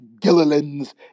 Gilliland's